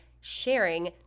sharing